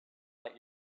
like